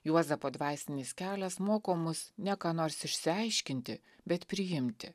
juozapo dvasinis kelias moko mus ne ką nors išsiaiškinti bet priimti